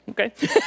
okay